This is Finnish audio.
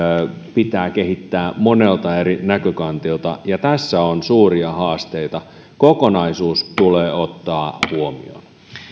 pitää kehittää monelta eri näkökantilta ja tässä on suuria haasteita kokonaisuus tulee ottaa huomioon